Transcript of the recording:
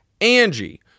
Angie